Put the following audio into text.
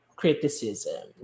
criticism